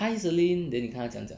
hi celine then 你看她怎样讲